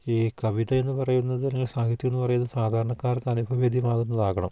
ഈ കവിത എന്നു പറയുന്നത് അല്ലെങ്കിൽ സാഹിത്യം എന്നു പറയുന്നത് സാധാരണക്കാർക്ക് അനുഭവേദ്യമാകുന്നതാകണം